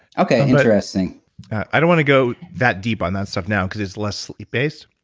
okay, interesting i don't want to go that deep on that stuff now, because it's less sleep based.